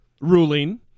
ruling